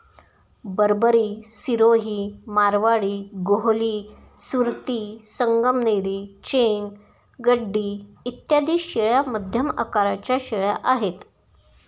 बरबरी, सिरोही, मारवाडी, गोहली, सुरती, संगमनेरी, चेंग, गड्डी इत्यादी शेळ्या मध्यम आकाराच्या शेळ्या आहेत